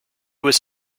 was